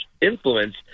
influence